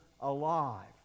alive